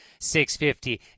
650